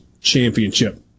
Championship